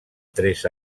tres